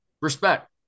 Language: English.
respect